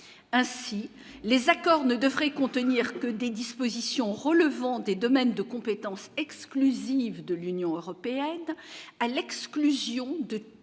ainsi les accords ne devrait contenir que des dispositions relevant des domaines de compétence exclusive de l'Union européenne, à l'exclusion de tous domaines